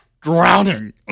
drowning